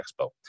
expo